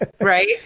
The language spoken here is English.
Right